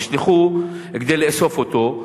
נשלחו כדי לאסוף אותו.